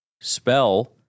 spell